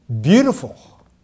beautiful